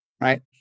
Right